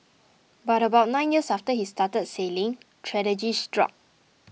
but about nine years after he started sailing tragedy struck